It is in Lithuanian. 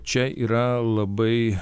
čia yra labai